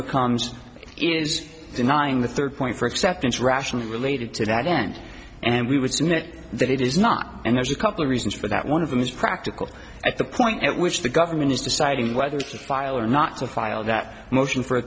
becomes is denying the third point for acceptance rationally related to that end and we would submit that it is not and there's a couple reasons for that one of them is practical i think the point at which the government is deciding whether to file or not to file that motion for a